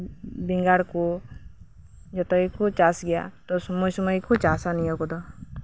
ᱵᱮᱸᱜᱟᱲ ᱠᱚ ᱡᱚᱛᱚ ᱜᱮᱠᱚ ᱪᱟᱥᱼᱟ ᱛᱳ ᱥᱚᱢᱚᱭ ᱥᱚᱢᱚᱭ ᱜᱮᱠᱚ ᱪᱟᱥᱼᱟ ᱱᱤᱭᱟᱹ ᱠᱚᱫᱚ